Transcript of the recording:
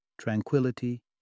tranquility